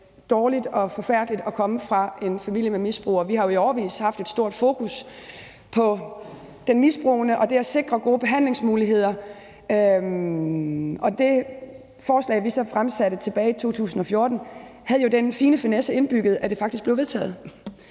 dårligt og forfærdeligt at komme fra en familie med misbrug. Vi har jo i årevis haft et stort fokus på den misbrugende og det at sikre gode behandlingsmuligheder. Det forslag, vi så fremsatte tilbage i 2014, havde jo den fine finesse indbygget, at det faktisk blev vedtaget.